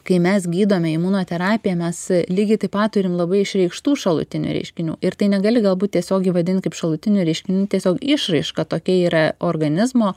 kai mes gydome imunoterapija mes lygiai taip pat turim labai išreikštų šalutinių reiškinių ir tai negali galbūt tiesiogiai vadint kaip šalutinių reiškinių tiesiog išraiška tokia yra organizmo